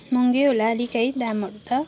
महँगै होला अलिक दामहरू त